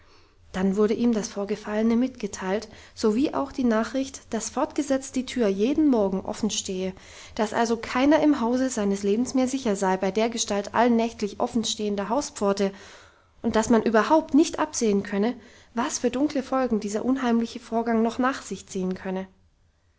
dann wurde ihm das vorgefallene mitgeteilt sowie auch die nachricht dass fortgesetzt die tür jeden morgen offen stehe dass also keiner im hause seines lebens mehr sicher sei bei dergestalt allnächtlich offen stehender hauspforte und dass man überhaupt nicht absehen könne was für dunkle folgen dieser unheimliche vorgang noch nach sich ziehen könne